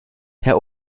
herr